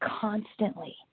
constantly